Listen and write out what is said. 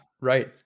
right